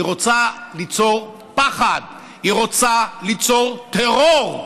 היא רוצה ליצור פחד, היא רוצה ליצור טרור,